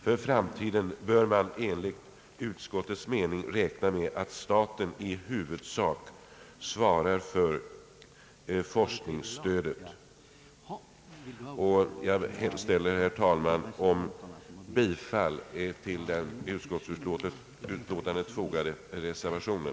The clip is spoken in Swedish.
För framtiden bör man enligt utskottets mening räkna med att staten i huvudsak svarar för forskningsstödet.» Jag hemställer, herr talman, om bifall till den vid utlåtandet fogade reservationen.